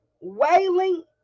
wailing